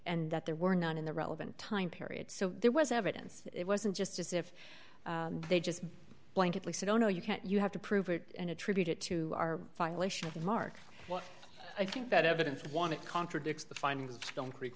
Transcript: and that there were none in the relevant time period so there was evidence it wasn't just as if they just blankly said oh no you can't you have to prove it and attribute it to our violation mark what i think that evidence for one it contradicts the findings don't creek